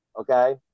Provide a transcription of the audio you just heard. okay